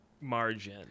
margin